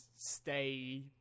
stay